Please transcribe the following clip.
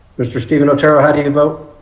mr. stephen otero how do you and vote?